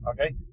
Okay